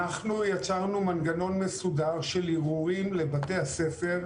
אנחנו יצרנו מנגנון מסודר של ערעורים לבתי הספר,